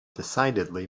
decidedly